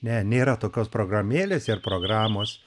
ne nėra tokios programėlės ir programos